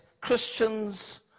Christians